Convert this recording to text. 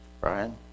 Brian